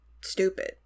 stupid